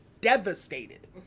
devastated